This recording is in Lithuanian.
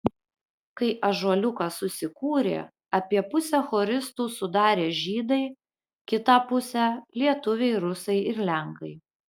kai ąžuoliukas susikūrė apie pusę choristų sudarė žydai kitą pusę lietuviai rusai ir lenkai